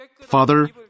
Father